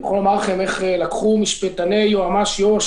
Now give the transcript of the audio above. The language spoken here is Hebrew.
אני יכול לומר לכם איך לקחו משפטני היועץ המשפטי יו"ש